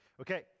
Okay